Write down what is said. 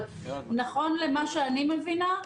נכון למה שאני מבינה,